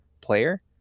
player